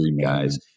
guys